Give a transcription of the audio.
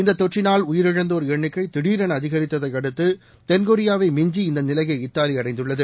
இந்த தொற்றினால் உயிரிழந்தோர் எண்ணிக்கை திடீரென அதிகரித்ததை அடுத்து தென்கொரியாவை மிஞ்சி இந்த நிலையை இத்தாலி அடைந்துள்ளது